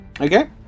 Okay